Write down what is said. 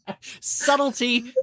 Subtlety